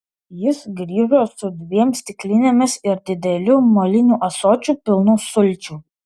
jis grįžo su dviem stiklinėmis ir dideliu moliniu ąsočiu pilnu sulčių